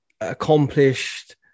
accomplished